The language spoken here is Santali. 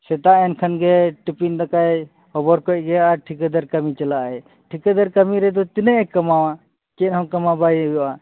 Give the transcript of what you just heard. ᱥᱮᱛᱟᱜᱮᱱ ᱠᱷᱟᱱᱜᱮ ᱴᱤᱯᱤᱱ ᱫᱟᱠᱟᱭ ᱦᱚᱵᱚᱨᱠᱮᱫ ᱜᱮ ᱟᱨ ᱴᱷᱤᱠᱟᱹᱫᱟᱨ ᱠᱟᱹᱢᱤᱭ ᱪᱟᱞᱟᱜᱟᱭ ᱴᱷᱤᱠᱟᱹᱫᱟᱨ ᱠᱟᱹᱢᱤ ᱨᱮᱫᱚ ᱛᱤᱱᱟᱹᱜᱮ ᱠᱟᱢᱟᱣᱟ ᱪᱮᱫᱦᱚᱸ ᱠᱟᱢᱟᱣ ᱵᱟᱭ ᱦᱩᱭᱩᱜᱼᱟ